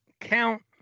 count